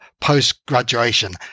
post-graduation